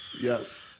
Yes